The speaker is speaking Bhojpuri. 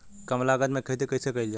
कम लागत में खेती कइसे कइल जाला?